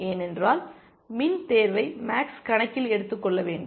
ஏனென்றால் மின் தேர்வை மேக்ஸ் கணக்கில் எடுத்துக்கொள்ள வேண்டும்